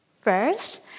First